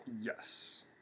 Yes